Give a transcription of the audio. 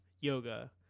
yoga